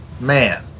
man